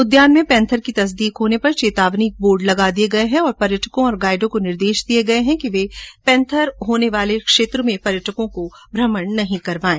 उद्यान में पैंथर की तस्दीक होने पर चेतावनी के बोर्ड लगा दिये गये हैं और पर्यटकों और गाइडों को निर्देश दिये गये हैं कि वे पैंथर वाले क्षेत्र में पर्यटकों को भ्रमण नहीं करवायें